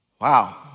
Wow